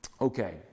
okay